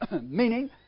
meaning